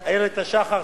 איילת השחר,